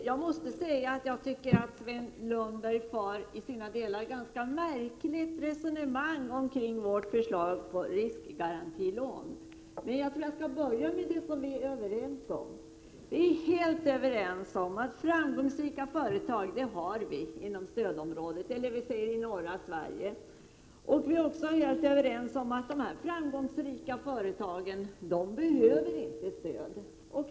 Fru talman! Jag tycker att Sven Lundberg i vissa delar för ett ganska märkligt resonemang om vårt förslag om riskgarantilån. Låt mig till att börja med räkna upp det som vi är överens om. Vi är helt överens om att det finns framgångsrika företag i norra Sverige. Vi är också helt överens om att dessa framgångsrika företag inte behöver stöd.